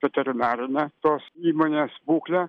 veterinarinę tos įmonės būklę